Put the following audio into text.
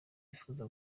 yifuza